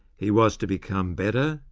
he was to become better,